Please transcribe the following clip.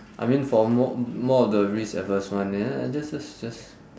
I mean for more more of the risk adverse one ya just just just